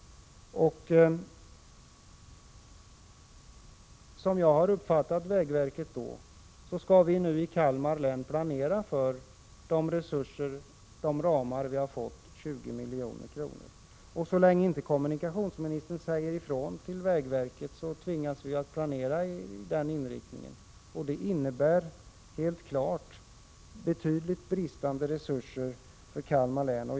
Som jag har uppfattat vägverket, skall vi i Kalmar län nu planera enligt de resursramar vi har fått — 20 milj.kr. per år. Så länge kommunikationsministern inte säger ifrån till vägverket, tvingas vi planera med den inriktningen, och det innebär helt klart synnerligen bristande resurser för Kalmar län.